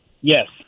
Yes